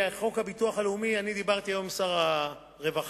חוק הביטוח הלאומי, דיברתי היום עם שר הרווחה.